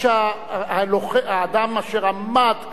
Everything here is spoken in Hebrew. האדם אשר עמד,